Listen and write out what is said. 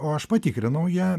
o aš patikrinau ją